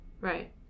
Right